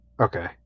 Okay